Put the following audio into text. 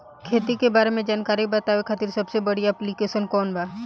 खेती के बारे में जानकारी बतावे खातिर सबसे बढ़िया ऐप्लिकेशन कौन बा?